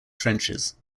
trenches